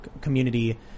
community –